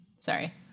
Sorry